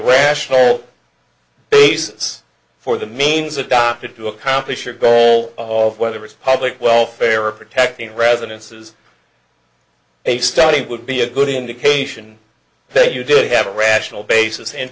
rational basis for the means adopted to accomplish your goal of whether it's public welfare or protecting residences a study would be a good indication that you did have a rational basis